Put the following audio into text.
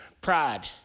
pride